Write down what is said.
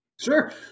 Sure